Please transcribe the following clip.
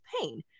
pain